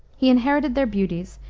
he inherited their beauties,